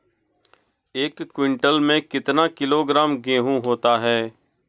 एक क्विंटल में कितना किलोग्राम गेहूँ होता है?